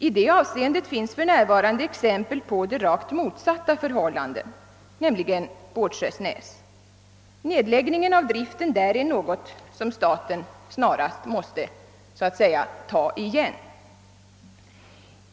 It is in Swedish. I det avseendet finns för närvarande exempel på det rakt motsatta förhållandet, nämligen Båtskärsnäs. Nedläggningen av driften där är något som staten snarast måste så att säga ta igen.